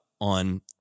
on